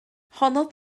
honnodd